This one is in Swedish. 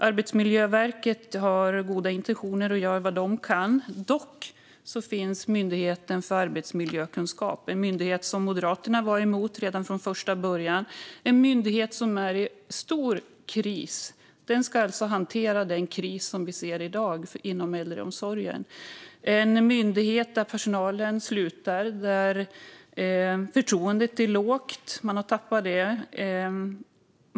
Arbetsmiljöverket har goda intentioner och gör vad det kan. Myndigheten för arbetsmiljökunskap är dock en myndighet som Moderaterna var emot redan från första början. Det är dessutom en myndighet som är i stor kris, och den ska alltså hantera den kris som vi i dag ser inom äldreomsorgen. Det är en myndighet där personalen slutar och där förtroendet är lågt - man har tappat det.